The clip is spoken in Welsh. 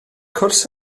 cwrs